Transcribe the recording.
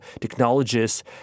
technologies